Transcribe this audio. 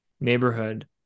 neighborhood